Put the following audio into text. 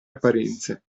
apparenze